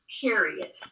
period